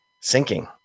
sinking